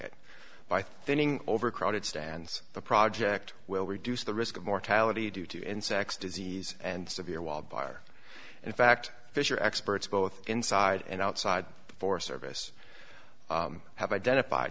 it by thinning overcrowded stands the project will reduce the risk of mortality due to insects disease and severe wildfire in fact fish are experts both inside and outside the forest service have identif